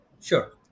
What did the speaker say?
Sure